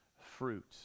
fruit